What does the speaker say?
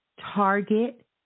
Target